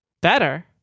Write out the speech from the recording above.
Better